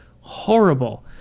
Horrible